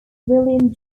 william